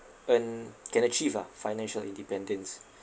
earn can achieve ah financial independence